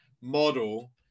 model